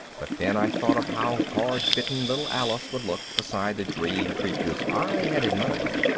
but then i thought of how hard-bitten little alice would look beside the dream creatures i had in mind.